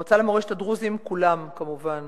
במועצה למורשת הדרוזים כל הנציגים